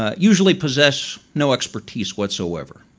ah usually possess no expertise whatsoever.